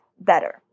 better